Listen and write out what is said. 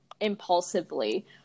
impulsively